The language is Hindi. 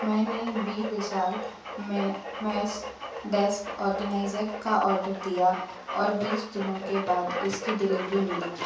मैंने बी विशाल में मेष डेस्क आर्गेनाइजर का आर्डर दिया और बीस दिनों के बाद इसकी डिलेवरी मिली